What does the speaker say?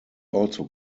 also